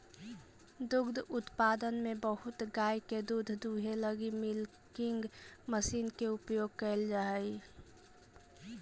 दुग्ध उत्पादन में बहुत गाय के दूध दूहे लगी मिल्किंग मशीन के उपयोग कैल जा हई